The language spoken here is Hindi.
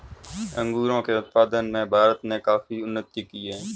अंगूरों के उत्पादन में भारत ने काफी उन्नति की है